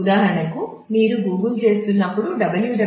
ఉదాహరణకు మీరు గూగుల్ చేస్తున్నప్పుడు www